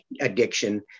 addiction